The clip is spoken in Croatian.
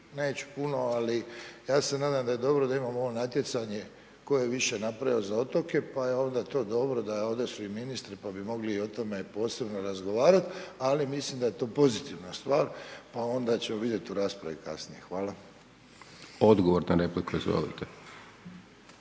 neću puno, ali ja se nadam da je dobro da imamo ovo natjecanje, tko je više napravio za otoke, pa je onda to dobro, da ovdje su i ministri, pa bi mogli o tome posebno razgovarati. Ali, mislim da je to pozitivna stvar, a onda ću vidjeti u raspravi kasnije. Hvala. **Hajdaš Dončić, Siniša